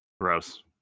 Gross